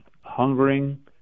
hungering